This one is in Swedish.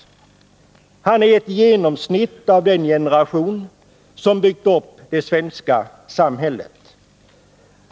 Han representerar ett genomsnitt av den generation som byggt upp det svenska samhället.